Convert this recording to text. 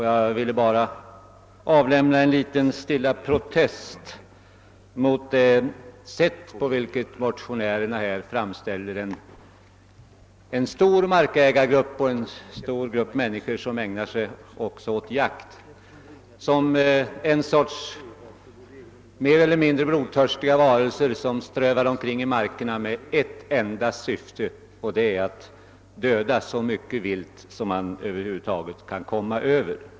Jag vill avlämna en liten stilla protest mot motionärernas sätt att framställa en stor grupp markägare och en stor grupp människor, som också ägnar sig åt jakt, såsom ett slags mer eller mindre blodtörstiga varelser de där strövar omkring i markerna med ett enda syfte — att döda så mycket vilt de över huvud taget kan komma Över.